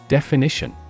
Definition